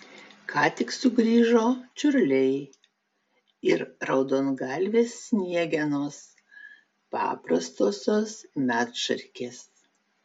ką tik sugrįžo čiurliai ir raudongalvės sniegenos paprastosios medšarkės